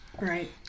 Right